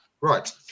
Right